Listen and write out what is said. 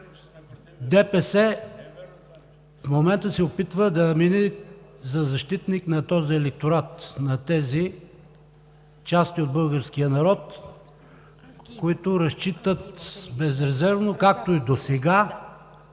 в момента се опитва да мине за защитник на този електорат, на тези части от българския народ, които разчитат безрезервно, както и досега